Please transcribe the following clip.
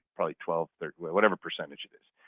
probably twelve or whatever percentage it is.